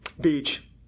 Beach